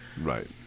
Right